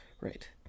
Right